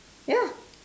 ya